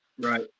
Right